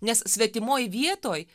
nes svetimoj vietoj